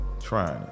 Trying